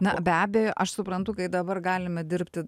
na be abejo aš suprantu kai dabar galime dirbti